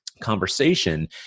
conversation